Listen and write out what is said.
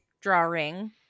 drawing